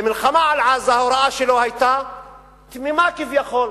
במלחמה על עזה ההוראה שלו היתה תמימה כביכול: